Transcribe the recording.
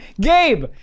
Gabe